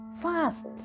Fast